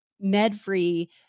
med-free